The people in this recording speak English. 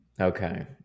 Okay